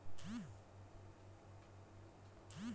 জি Pay বা Google Pay হছে ইক রকমের ইলটারলেট বাহিত পেমেল্ট ব্যবস্থা